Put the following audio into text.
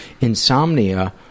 insomnia